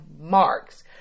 marks